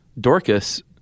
Dorcas